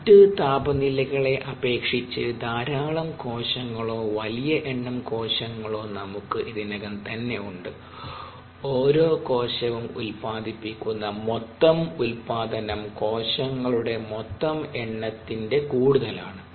മറ്റ് താപനിലകളെ അപേക്ഷിച്ച് ധാരാളം കോശങ്ങളോ വലിയ എണ്ണം കോശങ്ങളോ നമുക്ക് ഇതിനകം തന്നെ ഉണ്ട് ഓരോ കോശവും ഉത്പാദിപ്പിക്കുന്ന മൊത്തം ഉൽപ്പാദനം കോശങ്ങളുടെ മൊത്തം എണ്ണത്തിന്റെ കൂടുതലാണ്